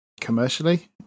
commercially